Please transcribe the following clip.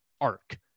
arc